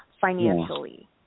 financially